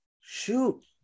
shoot